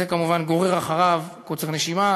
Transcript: זה כמובן גורר קוצר נשימה,